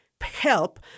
help